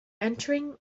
entering